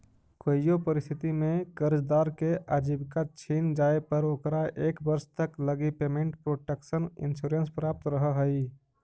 कोइयो परिस्थिति में कर्जदार के आजीविका छिन जाए पर ओकरा एक वर्ष तक लगी पेमेंट प्रोटक्शन इंश्योरेंस प्राप्त रहऽ हइ